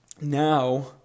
Now